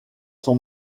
son